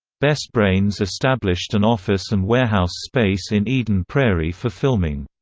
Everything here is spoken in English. best brains established an office and warehouse space in eden prairie for filming.